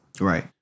Right